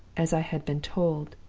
as i had been told,